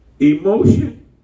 Emotion